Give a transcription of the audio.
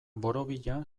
borobilean